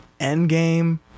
Endgame